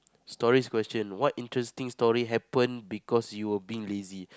stories question what interesting story happen because you were being lazy